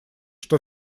что